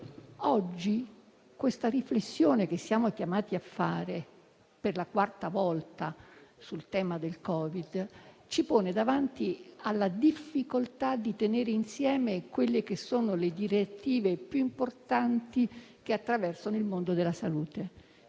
Oggi la riflessione che siamo chiamati a fare per la quarta volta sul tema del Covid ci pone davanti alla difficoltà di tenere insieme le direttive più importanti che attraversano il mondo della salute